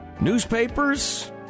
newspapers